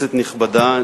כנסת נכבדה,